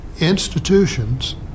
institutions